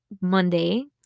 Monday